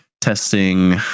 Testing